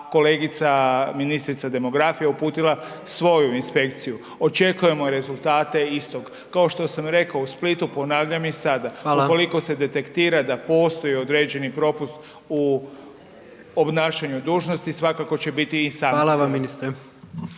kolegica ministrica demografije uputila svoju inspekciju. Očekujemo rezultate istog. Kao što sam rekao, u Splitu, ponavljam i sada .../Upadica predsjednik: Hvala./... ukoliko se detektira da postoji određeni propust u obnašanju dužnosti, svakako će biti i sankcije.